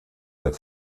der